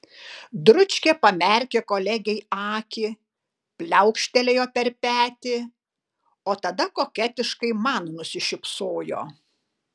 dručkė pamerkė kolegei akį pliaukštelėjo per petį o tada koketiškai man nusišypsojo